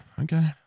okay